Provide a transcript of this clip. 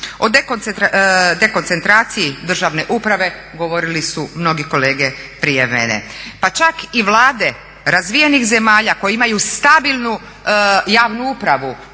O dekoncentraciji državne uprave govorili su mnogi kolege prije mene, pa čak i vlade razvijenih zemalja koje imaju stabilnu javnu upravu